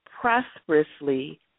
prosperously